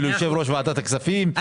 וליושב-ראש ועדת הכספים,